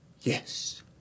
Yes